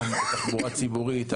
שנאלצות להיטלטל בתחבורה ציבורית וכדומה.